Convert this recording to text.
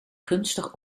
gunstig